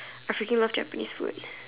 I freaking love Japanese food ya